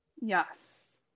Yes